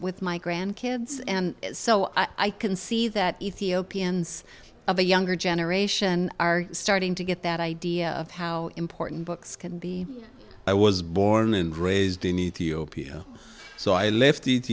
with my grandkids and so i can see that ethiopians of a younger generation are starting to get that idea of how important books can be i was born and raised in ethiopia so i left